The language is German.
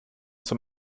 zum